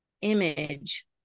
image